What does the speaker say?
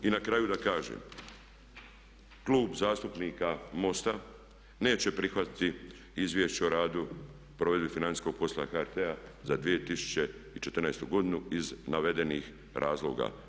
I na kraju da kažem, Klub zastupnika MOST-a neće prihvatiti Izvješće o radu i provedbi financijskog poslovanja HRT-a za 2014. godinu iz navedenih razloga.